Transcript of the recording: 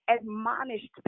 admonished